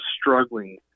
struggling